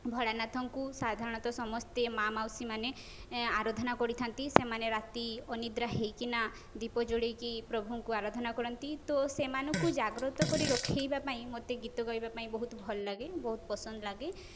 ଭୋଳାନାଥଙ୍କୁ ସାଧାରଣତଃ ସମସ୍ତେ ମାଆ ମାଉସୀ ମାନେ ଆରାଧନା କରିଥାନ୍ତି ସେମାନେ ରାତ୍ରି ଅନିଦ୍ରା ହେଇକିନା ଦୀପ ଜଳେଇକି ପ୍ରଭୁଙ୍କୁ ଆରାଧନା କରନ୍ତି ତ ସେମାନଙ୍କୁ ଜାଗ୍ରତ କରି ରଖାଇବା ପାଇଁ ମୋତେ ଗୀତ ଗାଇବା ପାଇଁ ବହୁତ ଭଲ ଲାଗେ ବହୁତ ପସନ୍ଦ ଲାଗେ